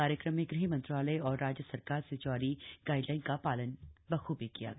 कार्यक्रम में गृह मंत्रालय और राज्य सरकार से जारी गाइडलाइन का शालन किया गया